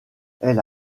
elle